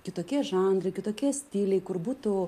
kitokie žanrai kitokie stiliai kur būtų